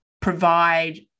provide